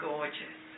Gorgeous